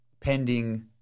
pending